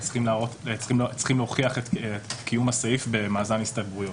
צריכים להוכיח את קיום הסעיף במאזן הסתברויות.